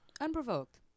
Unprovoked